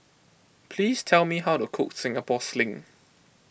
please tell me how to Cook Singapore Sling